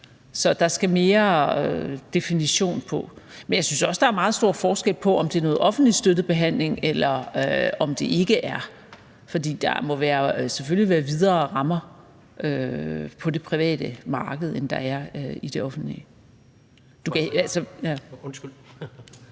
Så der skal mere definition på. Men jeg synes også, der er meget stor forskel på, om det er noget offentligt støttet behandling, eller om det ikke er. For der må selvfølgelig være videre rammer på det private marked, end der er i det offentlige. Kl.